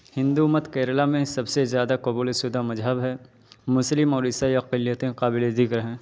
ہندو مت کیرلا میں سب سے زیادہ قبول شدہ مزہب ہے مسلم اور عیسائی اقلیتیں قابل ذکر ہیں